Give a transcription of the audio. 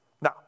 Now